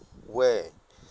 where